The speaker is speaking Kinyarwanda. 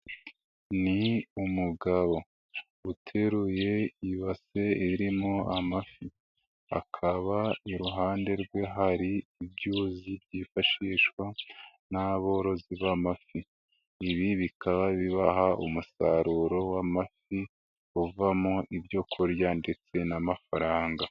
Ni umugabo, uteruye ibase irimo amafi, akaba iruhande rwe hari ibyuzi byifashishwa n'aborozi b'amafi, ibi bikaba bibaha umusaruro w'amafi, uvamo ibyo kurya ndetse n'amafaranga.